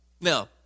Now